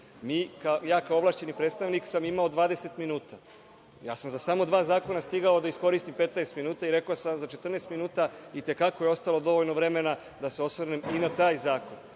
Ja kao ovlašćeni predstavnik sam imao 20 minuta. Ja sam za samo dva zakona stigao da iskoristim 15 minuta, sa 14 minuta i rekao sam i te kako je ostalo dovoljno vremena da se osvrnem i na taj zakon,